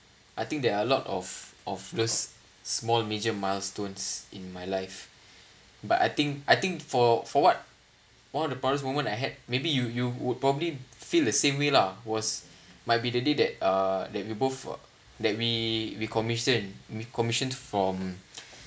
I think there are a lot of of this small major milestones in my life but I think I think for for what one of the proudest moments I had maybe you you would probably feel the same way lah was be the day that uh that we both that we we commission we commissioned from